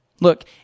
Look